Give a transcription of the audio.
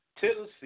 Tennessee